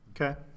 Okay